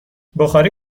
بخاری